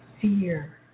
fear